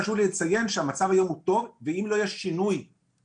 חשוב לי לציין שהמצב היום הוא טוב ואם לא יהיה שינוי במשרד